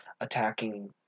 attacking